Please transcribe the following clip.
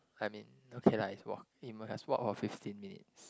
I mean okay lah it's walk it must has walk for fifteen minutes